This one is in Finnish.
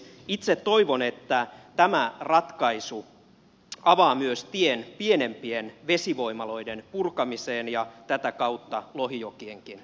itse toivon että tämä ratkaisu avaa myös tien pienempien vesivoimaloiden purkamiseen ja tätä kautta lohijokienkin ennallistamiseen